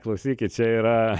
klausykit čia yra